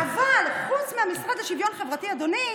אבל חוץ מהמשרד לשוויון חברתי, אדוני,